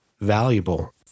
valuable